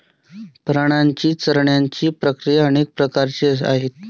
प्राण्यांची चरण्याची प्रक्रिया अनेक प्रकारची आहे